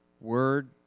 word